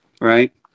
right